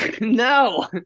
no